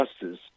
justice